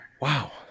Wow